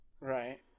Right